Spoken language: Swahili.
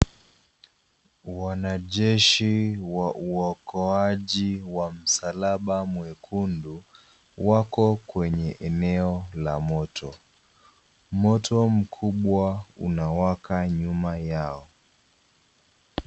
Wanajeshi wa uokoaji wa msalaba mwekundu wako kwenye eneo la moto. Moto mkubwa unawaka nyuma yao.